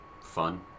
Fun